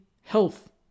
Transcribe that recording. health